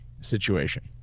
situation